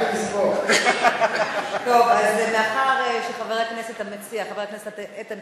אז מאחר שחבר הכנסת המציע, אדוני